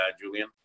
Julian